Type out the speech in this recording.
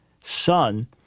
son